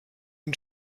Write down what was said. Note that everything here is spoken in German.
den